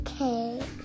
okay